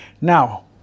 Now